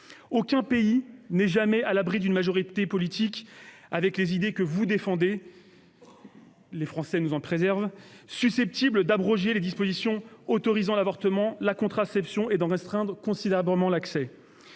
Aucun pays n'est jamais à l'abri d'une majorité politique porteuse des idées que vous défendez- les Français nous en préservent ...-, susceptible d'abroger les dispositions autorisant l'avortement et la contraception ou d'en restreindre considérablement l'accès.